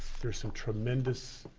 there's some tremendous